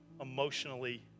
emotionally